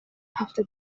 هفته